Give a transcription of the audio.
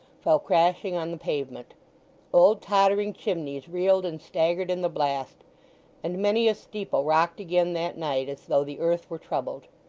fell crashing on the pavement old tottering chimneys reeled and staggered in the blast and many a steeple rocked again that night, as though the earth were troubled.